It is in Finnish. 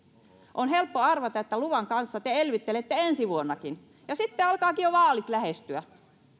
on helppo arvata että luvan kanssa te elvyttelette ensi vuonnakin ja sitten alkavatkin jo vaalit lähestyä